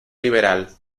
liberal